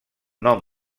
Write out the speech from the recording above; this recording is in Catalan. nom